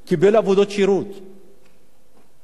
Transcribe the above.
ובנוסף, לא היה לו רשיון נהיגה.